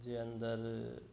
जे अंदरु